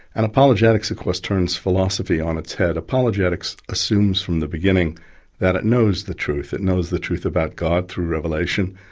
and apologetics of course turns philosophy on its head. apologetics assumes from the beginning that it knows the truth it knows the truth about god through rrvelation,